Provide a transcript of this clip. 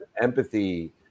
empathy